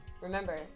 Remember